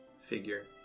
figure